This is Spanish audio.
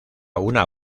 una